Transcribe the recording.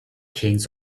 kings